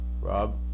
Rob